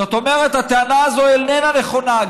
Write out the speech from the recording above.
זאת אומרת, הטענה הזאת איננה נכונה.